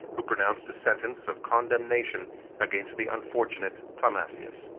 who pronounced a sentence of condemnation against the unfortunate timasius.